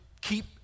keep